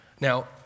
Now